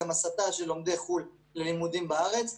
גם הסטה של לומדים בחו"ל ללימודים בארץ.